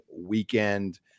weekend